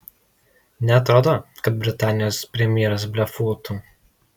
neatrodo kad britanijos premjeras blefuotų